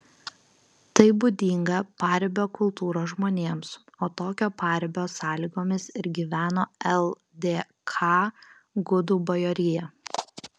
tai būdinga paribio kultūros žmonėms o tokio paribio sąlygomis ir gyveno ldk gudų bajorija